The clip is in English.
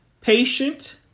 patient